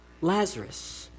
Lazarus